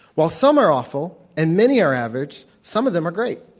while some are awful, and many are average, some of them are great.